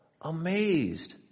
amazed